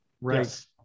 Right